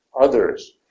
others